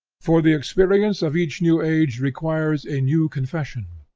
for the experience of each new age requires a new confession,